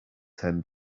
ten